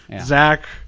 Zach